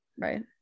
Right